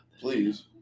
Please